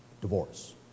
divorce